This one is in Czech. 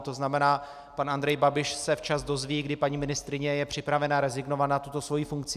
To znamená, pan Andrej Babiš se včas dozví, kdy paní ministryně je připravena rezignovat na tuto svoji funkci.